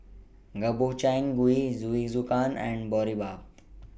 Gobchang Gui Jingisukan and Boribap